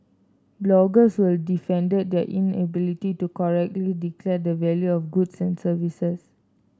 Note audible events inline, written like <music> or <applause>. bloggers who <unintelligible> defended their inability to correctly declare the value of goods and services